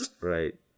Right